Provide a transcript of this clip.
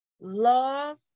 love